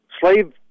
slave